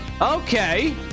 Okay